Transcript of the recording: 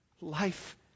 Life